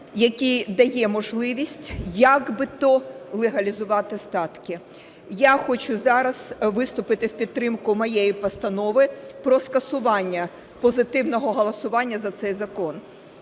який дає можливість як би то легалізувати статки. Я хочу зараз виступити в підтримку моєї постанови про скасування позитивного голосування за цей закон.